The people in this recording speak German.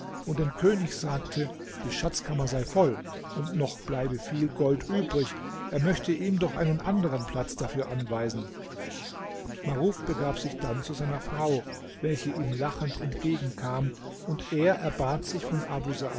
und dem könig sagte die schatzkammer sei voll und noch bleibe viel gold übrig er möchte ihm doch einen anderen platz dafür anweisen maruf begab sich dann zu seiner frau welche ihm lachend entgegenkam und er erbat sich von abu